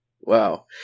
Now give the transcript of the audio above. Wow